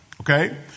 okay